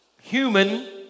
human